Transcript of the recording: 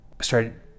started